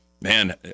man